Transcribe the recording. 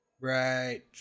Right